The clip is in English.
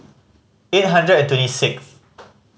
eight hundred and twenty sixth